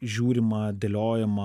žiūrima dėliojama